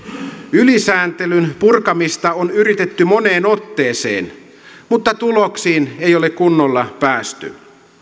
ylisääntelyn purkamista on yritetty moneen otteeseen mutta tuloksiin ei ole kunnolla päästy